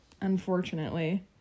Unfortunately